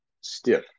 stiff